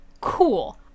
Cool